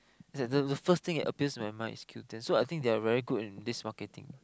the the the first thing appears in my mind is Q-ten so I think they are very good in this marketing